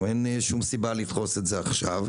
אין סיבה לדחוס את זה עכשיו.